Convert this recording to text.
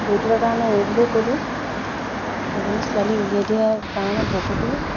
দৰিদ্ৰতাৰ কাৰণে এইবুলিয়ে ক'লোঁ এজনী ছোৱালী উলিয়াই দিয়া কাৰণে বহুতো